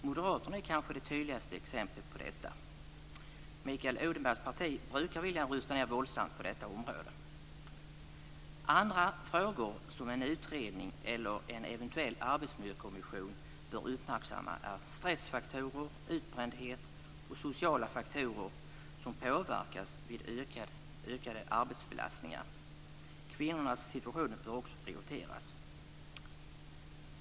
Moderaterna är kanske det tydligaste exemplet på detta; Mikael Odenbergs parti brukar vilja rusta ned våldsamt på detta område. Andra frågor som en utredning eller en eventuell arbetsmiljökommission bör uppmärksamma är stressfaktorer, utbrändhet och sociala faktorer som påverkas vid ökad arbetsbelastning. Kvinnornas situation bör också prioriteras.